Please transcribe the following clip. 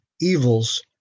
evils